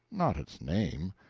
not its name.